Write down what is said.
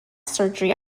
surgery